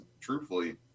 truthfully